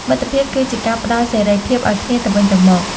មិត្តភាពគឺជាការផ្តល់សេរីភាពឱ្យគ្នាទៅវិញទៅមក។